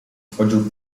wchodził